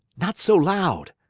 not so loud!